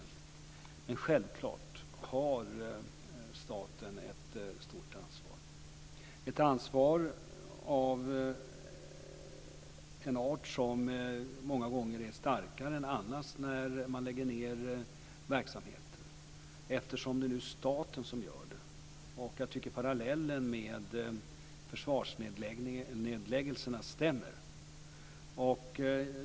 Men självklart har staten ett stort ansvar av en art som många gånger är starkare än annars när man lägger ned verksamheter eftersom det nu är staten som gör det. Jag tycker att parallellen med försvarsnedläggelserna stämmer.